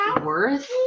worth